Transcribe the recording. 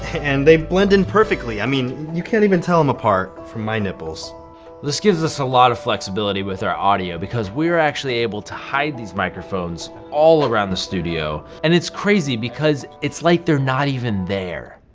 and they blend in perfectly. i mean, you can't even tell them apart from my nipples this gives us a lot of flexibility with our audio because we were actually able to hide these microphones all around the studio and it's crazy because it's like they're not even there